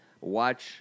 watch